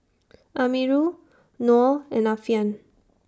Amirul Noh and Alfian